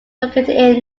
located